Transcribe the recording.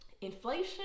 inflation